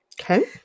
Okay